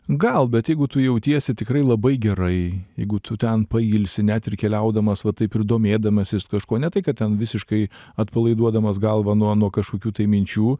gal bet jeigu tu jautiesi tikrai labai gerai jeigu tu ten pailsi net ir keliaudamas va taip ir domėdamasis kažkuo ne tai kad ten visiškai atpalaiduodamas galvą nuo nuo kažkokių tai minčių